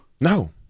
No